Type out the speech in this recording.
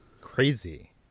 Crazy